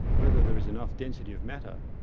whether there is enough density of matter,